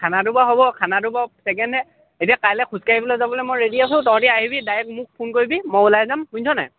খানাটো বাৰু হ'ব খানাটো বাৰু পেকেটনে এতিয়া কাইলৈ খোজকাঢ়িবলৈ যাবলৈ মই ৰেডি আছোঁ তহঁতি আহিবি ডাইৰেক্ট মোক ফোন কৰিবি মই ওলাই যাম শুনিছনে নাই